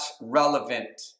relevant